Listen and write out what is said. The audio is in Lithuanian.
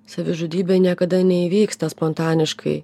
savižudybė niekada neįvyksta spontaniškai